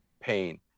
pain